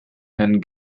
herrn